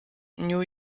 new